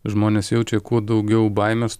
žmonės jaučia kuo daugiau baimės